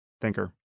thinker